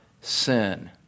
sin